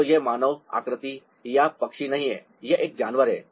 तो यह मानव आकृति या पक्षी नहीं है यह एक जानवर है